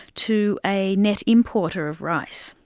to a nett importer of rice.